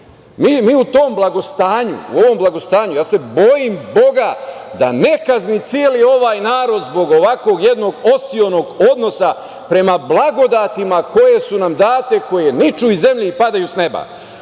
mi u tom blagostanju, u ovom blagostanju, ja se bojim Boga da ne kazni celi ovaj narod zbog ovakvog jednog osionog odnosa prema blagodatima koje su nam date, koje niču iz zemlje i padaju sa neba.